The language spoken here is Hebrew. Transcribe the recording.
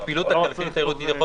הפעילות הכלכלית התיירותית יכול להיות